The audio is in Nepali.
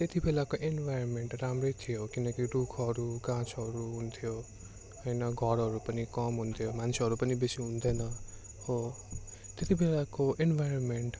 त्यति बेलाको इनभाइरन्मेन्ट राम्रै थियो किनकि रुखहरू गाछहरू हुन्थ्यो होइन घरहरू पनि कम हुन्थ्यो मान्छेहरू पनि बेसी हुन्थेन हो त्यति बेलाको इनभाइरन्मेन्ट